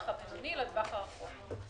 הקצר והבינוני לבין השקעות לטווח הרחוק.